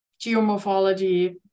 geomorphology